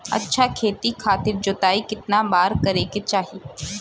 अच्छा खेती खातिर जोताई कितना बार करे के चाही?